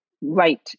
right